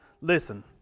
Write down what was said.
Listen